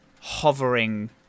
hovering